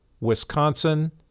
Wisconsin